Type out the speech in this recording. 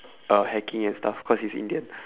uh hacking and stuff cause he's Indian